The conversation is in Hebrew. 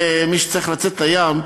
ומי שצריך לצאת לים,